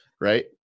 right